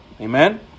Amen